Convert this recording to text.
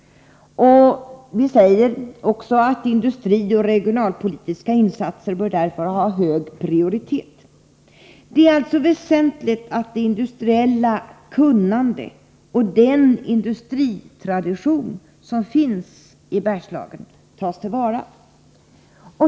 Industrioch regionalpolitiska insatser bör därför ha hög prioritet. Det är alltså väsentligt att det industriella kunnande och den industritradition som finns i Bergslagen tas till vara.